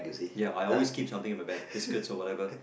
ya I always keep something in my bag biscuits or whatever